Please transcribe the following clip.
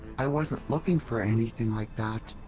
i wasn't looking for anything like that.